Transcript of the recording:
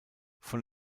von